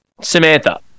samantha